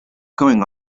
going